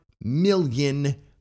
million